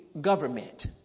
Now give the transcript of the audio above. government